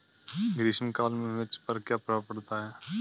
ग्रीष्म काल में मिर्च पर क्या प्रभाव पड़ता है?